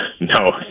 no